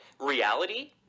reality